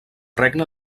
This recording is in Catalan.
regne